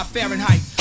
Fahrenheit